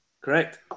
Correct